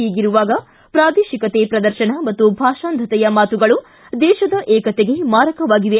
ಹೀಗಿರುವಾಗ ಪ್ರಾದೇಶಿಕತೆ ಪ್ರದರ್ಶನ ಮತ್ತು ಭಾಷಾಂಧತೆಯ ಮಾತುಗಳು ದೇಶದ ಏಕತೆಗೆ ಮಾರಕವಾಗಿವೆ